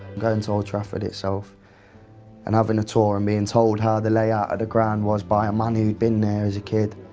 going to old trafford itself and having a tour, and being and told how the layout of the ground was by a man who'd been there as a kid,